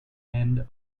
end